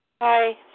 Hi